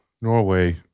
Norway